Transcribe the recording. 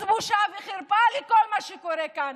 אז בושה וחרפה על כל מה שקורה כאן,